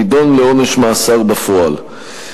נידון לעונש מאסר בפועל.